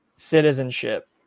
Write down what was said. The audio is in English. citizenship